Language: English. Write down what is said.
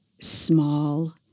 small